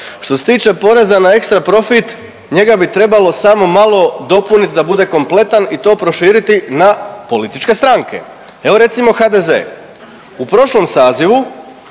Što se tiče poreza na ekstra profit njega bi trebalo samo malo dopunit da bude kompletan i to proširiti na političke stranke. Evo recimo HDZ, u prošlom sazivu